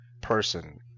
person